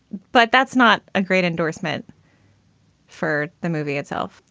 but that's not a great endorsement for the movie itself,